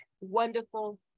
wonderful